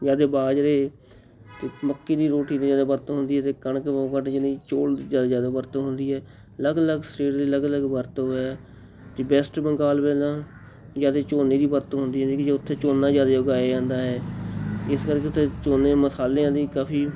ਬਾਜਰੇ ਅਤੇ ਮੱਕੀ ਦੀ ਰੋਟੀ ਦੀ ਬਹੁਤ ਜ਼ਿਆਦਾ ਵਰਤੋਂ ਹੁੰਦੀ ਹੈ ਅਤੇ ਕਣਕ ਬਹੁਤ ਘੱਟ ਜਣੀ ਚੋਲ ਦੀ ਜ਼ਿਆਦਾ ਜ਼ਿਆਦਾ ਵਰਤੋਂ ਹੁੰਦੀ ਹੈ ਅਲੱਗ ਅਲੱਗ ਸਟੇਟਸ ਦੀ ਅਲੱਗ ਅਲੱਗ ਵਰਤੋਂ ਹੈ ਅਤੇ ਬੈਸਟ ਬੰਗਾਲ ਪਹਿਲਾਂ ਜ਼ਿਆਦਾ ਝੋਨੇ ਦੀ ਵਰਤੋਂ ਹੁੰਦੀ ਹੈ ਉੱਥੇ ਝੋਨਾ ਜ਼ਿਆਦਾ ਉਗਾਇਆ ਜਾਂਦਾ ਹੈ ਇਸ ਕਰਕੇ ਉੱਥੇ ਝੋਨੇ ਮਸਾਲਿਆਂ ਦੀ ਕਾਫ਼ੀ